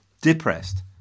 Depressed